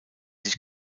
sich